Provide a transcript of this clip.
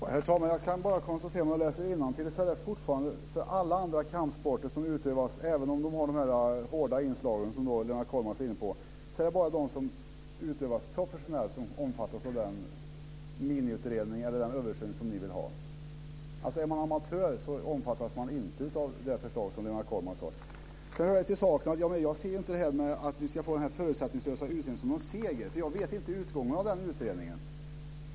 Herr talman! Jag kan bara konstatera att när jag läser innantill så står det fortfarande: För alla andra kampsporter som utövas, även om de har de hårda inslag som Lennart Kollmats var inne på, är det bara de som utövas professionellt som omfattas av den miniutredning eller översyn som ni vill ha. Är man amatör omfattas man alltså inte av det förslag som Lennart Kollmats har. Det hör till saken att jag inte ser den förutsättningslösa utredningen som någon seger. Jag känner nämligen inte till utgången av utredningen.